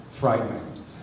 Frightening